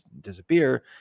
disappear